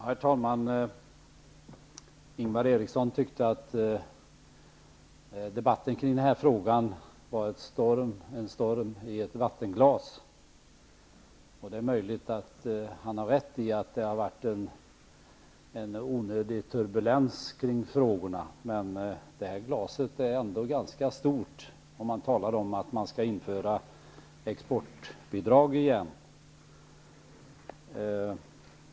Herr talman! Ingvar Eriksson tyckte att debatten kring denna fråga var en storm i ett vattenglas. Det är möjligt att han har rätt i att det har varit en onödig turbulens kring frågorna. Men glaset är ändå ganska stort om man talar om att införa exportbidrag igen.